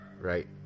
Right